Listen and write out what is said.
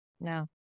No